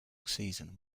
season